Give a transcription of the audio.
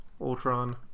Ultron